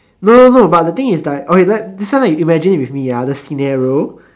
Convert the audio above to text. no no no but the thing is like okay this one you imagine if it's me ah the scenario